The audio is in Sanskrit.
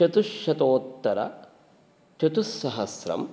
चतुष्शतोत्तरचतुस्सहस्रं